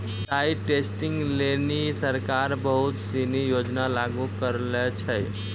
site testing लेलि सरकार बहुत सिनी योजना लागू करलें छै